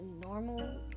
normal